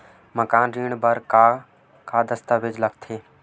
मकान ऋण बर का का दस्तावेज लगथे?